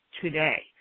today